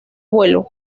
vuelo